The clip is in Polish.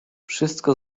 wszystko